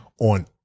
on